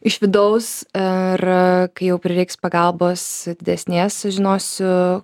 iš vidaus ir kai jau prireiks pagalbos didesnės žinosiu